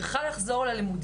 הוא היה יכול לחזור ללימודים,